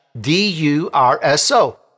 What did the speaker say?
D-U-R-S-O